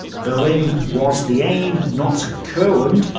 berlin was the aim, not courland.